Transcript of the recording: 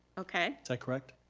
okay. is that correct?